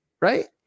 Right